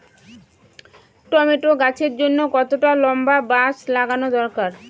Tomato গাছের জন্যে কতটা লম্বা বাস লাগানো দরকার?